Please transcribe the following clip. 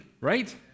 right